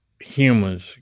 humans